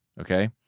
Okay